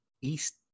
East